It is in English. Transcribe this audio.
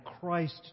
Christ